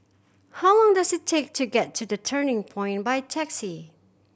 how long does it take to get to The Turning Point by taxi